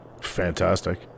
Fantastic